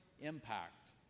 impact